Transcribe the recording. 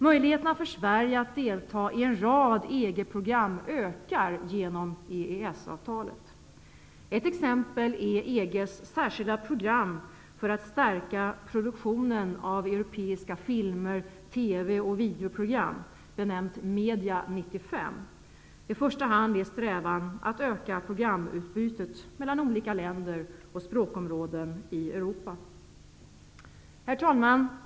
Möjligheterna för Sverige att delta i en rad EG program ökar genom EES-avtalet. Ett exempel är EG:s särskilda program för att stärka produktionen av europeiska filmer, TV och videoprogram, benämnt MEDIA 95. I första hand är strävan att öka programutbytet mellan de olika länderna och språkområdena i Europa. Herr talman!